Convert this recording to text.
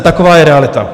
Taková je realita.